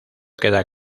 queda